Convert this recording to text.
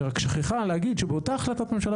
היא רק שכחה להגיד שבאותה החלטת ממשלה